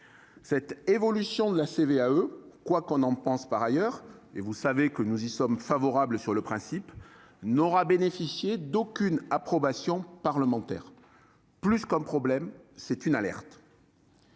cette évolution de la CVAE, quoi qu'on en pense par ailleurs- vous savez que nous y sommes favorables sur le principe -, n'aura bénéficié d'aucune approbation parlementaire. Plus qu'un problème, c'est une alerte.